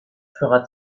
fera